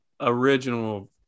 original